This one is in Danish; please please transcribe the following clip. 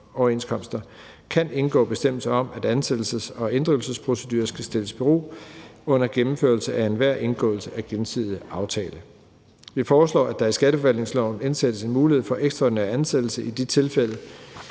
kan indgå bestemmelser om, at ansættelses- og inddrivelsesprocedurer skal stilles i bero under gennemførelse af enhver indgåelse af gensidige aftaler. Vi foreslår, at der i skatteforvaltningsloven indsættes en mulighed for ekstraordinær ansættelse, hvis den